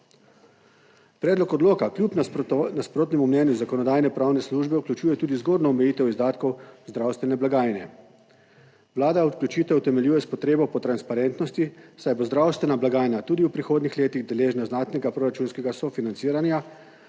Predlog odloka kljub nasprotnemu mnenju -službe vključuje tudi zgornjo omejitev izdatkov zdravstvene blagajne; Vlada vključitev utemeljuje s potrebo po transparentnosti, saj bo zdravstvena blagajna tudi v prihodnjih letih deležna znatnega proračunskega sofinanciranja